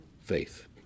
faith